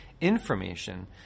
information